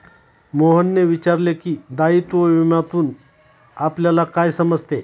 मोहनने विचारले की, दायित्व विम्यातून आपल्याला काय समजते?